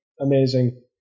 Amazing